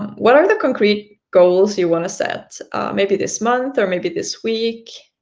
what are the concrete goals you want to set maybe this month? or maybe this week?